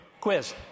quiz